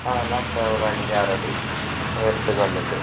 அதெலாம் இப்போ ஒரு அஞ்சு ஆறடி உயரத்துக்கு வந்துட்டு